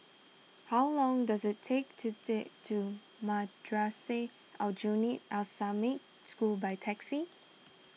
how long does it take to to Madrasah Aljunied Al Islamic School by taxi